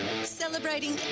Celebrating